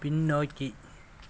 பின்னோக்கி